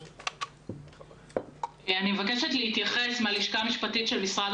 מיכל שאול, הלשכה המשפטית של משרד